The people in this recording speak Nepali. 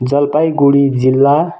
जलपाइगुडी जिल्ला